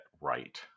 right